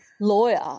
lawyer